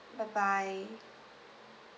bye bye